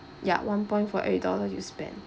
ya one point for eight dollars you spend